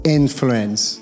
influence